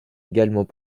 également